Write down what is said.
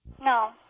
no